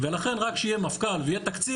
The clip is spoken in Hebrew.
לכן רק כשיהיה מפכ"ל ויהיה תקציב,